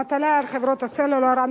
המטלה על חברות הסלולר.